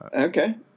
Okay